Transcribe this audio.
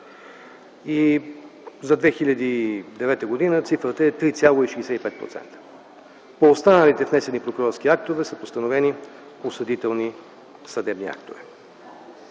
За 2009 г. цифрата е 3,65%. По останалите внесени прокурорски актове са постановени осъдителни съдебни актове.